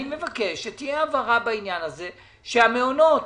אני מבקש שתהיה הבהרה בעניין הזה, שהמעונות,